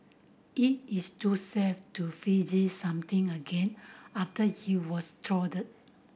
it is too safe to freeze something again after it was